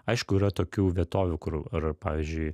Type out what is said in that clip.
aišku yra tokių vietovių kur ar pavyzdžiui